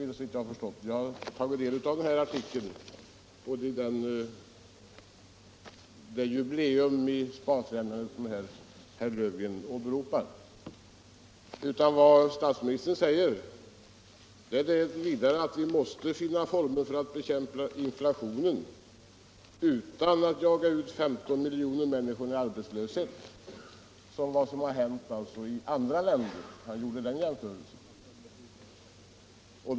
Jag har tagit del av artikeln från Sparfrämjandets jubileum, som herr Löfgren åberopar. Vad statsministern vidare säger är att vi måste finna former för att bekämpa inflationen utan att jaga ut 15 miljoner människor i arbetslöshet, vilket hänt i andra länder; den jämförelsen gjorde han.